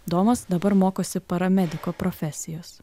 domas dabar mokosi paramediko profesijos